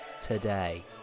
today